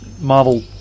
marvel